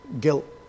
guilt